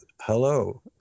Hello